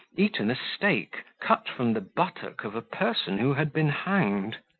eaten a steak cut from the buttock of a person who had been hanged.